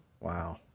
Wow